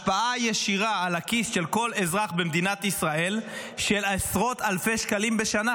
השפעה ישירה על הכיס של כל אזרח במדינת ישראל של עשרות אלפי שקלים בשנה,